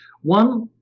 One